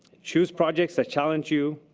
choose projects that challenge you,